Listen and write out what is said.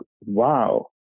wow